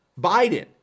Biden